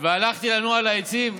והלכתי לנוע על העצים".